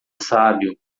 sábio